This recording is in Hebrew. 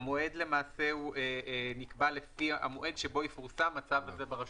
שהמועד נקבע לפי המועד שיפורסם הצו הזה ברשומות.